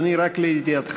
אדוני, רק לידיעתך,